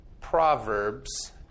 Proverbs